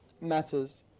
matters